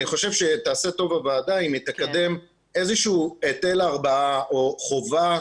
אני חושב שתעשה טוב הוועדה אם היא תקדם איזה שהוא היטל הרבעה או חובה,